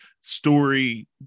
story